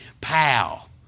pal